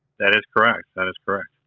that is correct, that is correct.